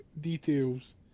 details